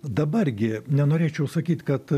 dabar gi nenorėčiau sakyt kad